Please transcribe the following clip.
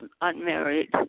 unmarried